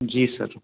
जी sir